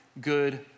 good